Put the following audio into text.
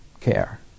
care